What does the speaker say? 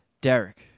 Derek